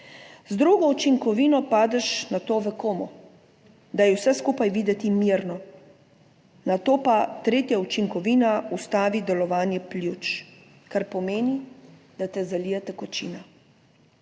Z drugo učinkovino padeš nato v komo, da je vse skupaj videti mirno, nato pa tretja učinkovina ustavi delovanje pljuč, kar pomeni, da te zalije tekočina.